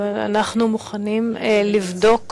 אבל אנחנו מוכנים לבדוק יום-יום,